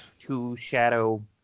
two-shadow